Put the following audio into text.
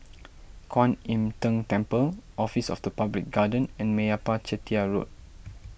Kuan Im Tng Temple Office of the Public Guardian and Meyappa Chettiar Road